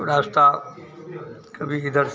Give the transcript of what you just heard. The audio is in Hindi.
रास्ता कभी इधर